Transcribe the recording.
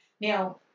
Now